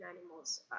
animals